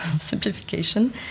simplification